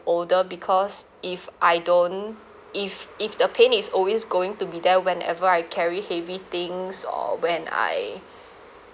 older because if I don't if if the pain is always going to be there whenever I carry heavy things or when I